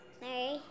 Mary